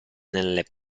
nelle